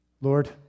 Lord